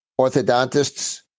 Orthodontists